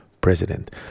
president